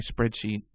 spreadsheet